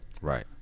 Right